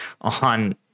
on